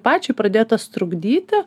pačiai pradėtas trukdyti